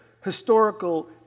historical